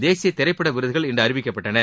தேசிய திரைப்பட விருதுகள் இன்று அறிவிக்கப்பட்டன